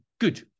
good